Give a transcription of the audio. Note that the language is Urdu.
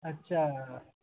اچھا